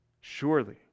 Surely